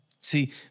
See